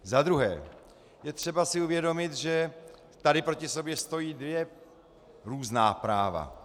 Za druhé, je třeba si uvědomit, že tady proti sobě stojí dvě různá práva.